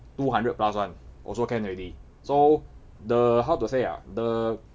two hundred plus [one] also can already so the how to say ah the